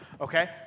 Okay